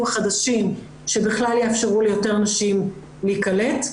חדשים שבכלל יאפשרו ליותר נשים להיקלט,